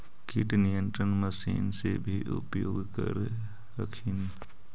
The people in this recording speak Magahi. किट नियन्त्रण मशिन से भी उपयोग कर हखिन?